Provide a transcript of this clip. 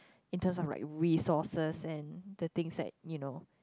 in terms of like resources and the things like you know